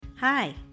Hi